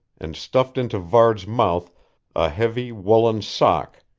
and stuffed into varde's mouth a heavy, woolen sock,